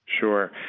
Sure